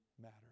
matter